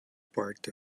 part